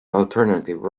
alternative